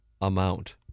amount